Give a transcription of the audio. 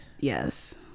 Yes